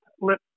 let